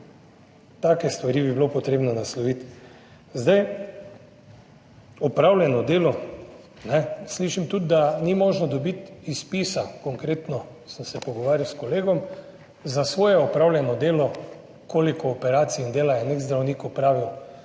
take stvari bi bilo potrebno nasloviti. 14. TRAK: (NB) – 11.05 (nadaljevanje) Opravljeno delo, ne slišim tudi, da ni možno dobiti izpisa, konkretno sem se pogovarjal s kolegom, za svoje opravljeno delo, koliko operacij in dela je nek zdravnik opravil.